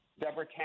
Deborah